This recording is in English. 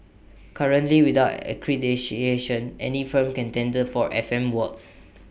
currently without accreditation any firm can tender for F M work